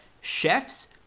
chefs